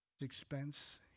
expense